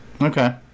okay